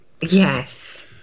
Yes